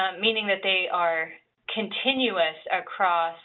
um meaning that they are continuous across